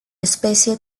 especie